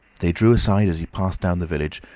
they drew aside as he passed down the village,